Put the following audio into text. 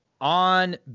on